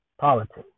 politics